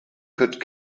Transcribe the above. could